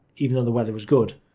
even though the weather was good.